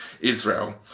Israel